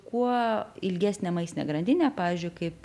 kuo ilgesnė maistinė grandinė pavyzdžiui kaip